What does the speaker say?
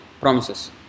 promises